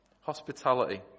Hospitality